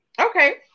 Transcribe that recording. Okay